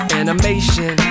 animation